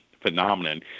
phenomenon